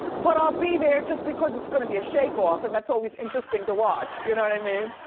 but i'll be there just because it's gonna be a shake-off and that's always interesting to watch, you know what i mean?